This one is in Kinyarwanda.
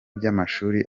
by’amashuri